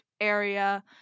area